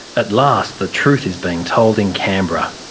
at last the truth is being told in canberra.